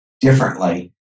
differently